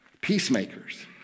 peacemakers